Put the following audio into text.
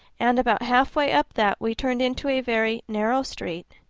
and about halfway up that we turned into a very narrow street,